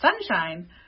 sunshine